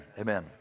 amen